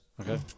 Okay